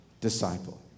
disciple